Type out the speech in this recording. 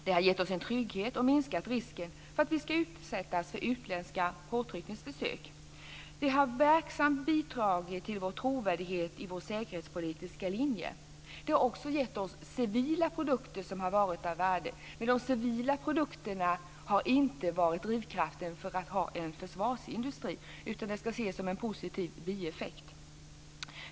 Det har gett oss en trygghet och minskat risken för att vi ska utsättas för utländska påtryckningsförsök. Det har verksamt bidragit till vår trovärdighet när det gäller vår säkerhetspolitiska linje. Det har också gett oss civila produkter som har varit av värde. Men de civila produkterna har inte varit drivkraften för att ha en försvarsindustri, utan de ska ses som en positiv bieffekt.